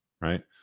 right